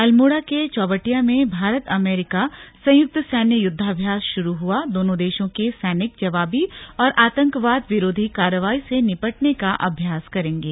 अल्मोड़ा के चौबटिया में भारत अमेरिका संयुक्त सैन्य युद्धाभ्यास शुरू हुआदोनों देशों को सैनिक जवाबी और आतंकवाद विरोधी कार्रवाई से निपटने का अभ्यास करेंगे